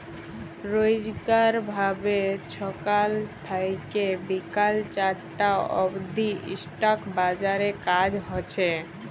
রইজকার ভাবে ছকাল থ্যাইকে বিকাল চারটা অব্দি ইস্টক বাজারে কাজ হছে